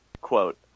Quote